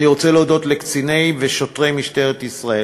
אני רוצה להודות לקציני ושוטרי משטרת ישראל,